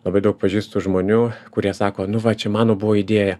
labai daug pažįstu žmonių kurie sako nu va čia man buvo idėja